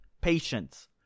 Patience